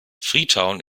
freetown